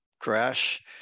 crash